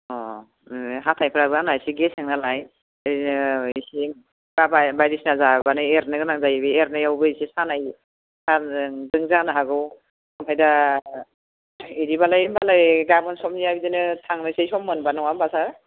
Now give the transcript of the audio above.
अ बे हाथाइफोराबो आंना एसे गेसें नालाय ओरैनो एसे जाबाय बायदिसिना जाब्लानो एरनो गोनां जायो बे एरनायावबो एसे सानाय बेजोंनो जानो हागौ ओमफाय दा इदिब्लालाय होमब्लालाय गाबोन समनिया बिदिनो थांनोसै सम मोनब्ला नङा होमब्ला सार